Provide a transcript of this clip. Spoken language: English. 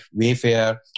Wayfair